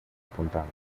apuntando